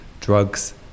drugs